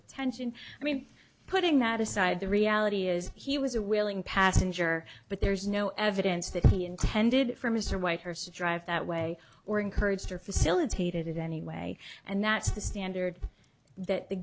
tension i mean putting that aside the reality is he was a willing passenger but there's no evidence that he intended for mr whitehurst drive that way or encouraged or facilitated it anyway and that's the standard that the